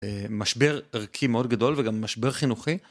משבר ערכי מאוד גדול וגם משבר חינוכי.